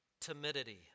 timidity